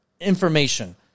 information